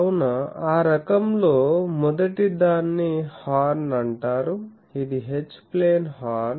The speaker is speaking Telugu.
కావున ఆ రకంలో మొదటిదాన్ని హార్న్ అంటారు ఇది H ప్లేన్ హార్న్